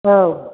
औ